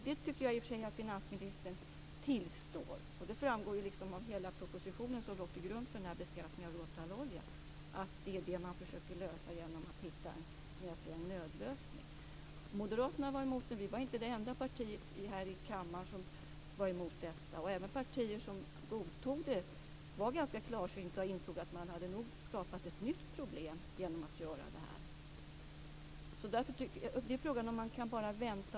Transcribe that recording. Jag tycker i och för sig att finansministern tillstår det. Det framgår av hela propositionen som låg till grund för beskattningen av råtallolja att man försöker klara detta genom att hitta en nödlösning. Moderaterna var emot det, men vi var inte det enda partiet här i kammaren som var emot det. Även partier som godtog det var ganska klarsynta och insåg att man nog hade skapat ett nytt problem genom att göra det här. Frågan är om man bara kan vänta.